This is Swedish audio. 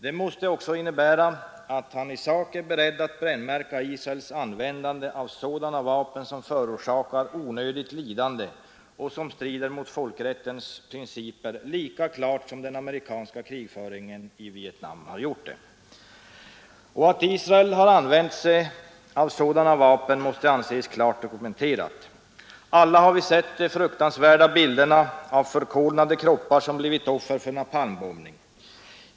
Det måste också innebära att han i sak är beredd att brännmärka Israels användande av sådana vapen som förorsakar onödigt lidande och som strider mot folkrättens principer lika klart som den amerikanska krigföringen i Vietnam har gjort det. Att Israel har använt sådana vapen måste anses klart dokumenterat. Alla har vi sett de fruktansvärda bilderna av förkolnade kroppar som blivit offer för napalmbombning.